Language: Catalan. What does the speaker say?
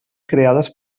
creades